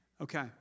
Okay